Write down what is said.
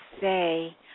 say